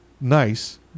nice